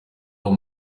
wabo